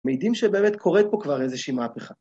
מעידים שבאמת קורה פה כבר איזושהי מהפכה.